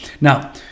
now